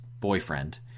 boyfriend